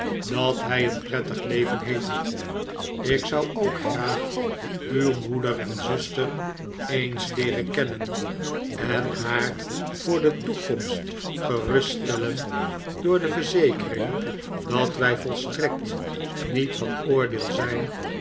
dat hij een prettig leven heeft ik zou ook graag uw moeder en zuster eens leeren kennen en haar voor de toekomst geruststellen door de verzekering dat wij volstrekt niet van oordeel zijn